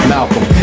Malcolm